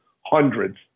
hundreds